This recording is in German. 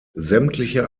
sämtliche